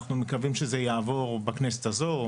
אנחנו מקווים שזה יעבור בכנסת הזאת.